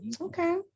okay